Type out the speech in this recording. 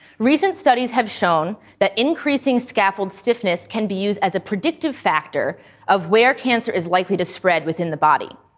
recent studies have shown that increasing scaffold stiffness can be used as a predictive factor of where cancer is likely to spread within the body.